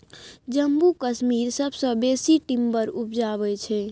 जम्मू कश्मीर सबसँ बेसी टिंबर उपजाबै छै